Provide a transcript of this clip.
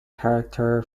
character